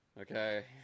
okay